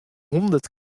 hûndert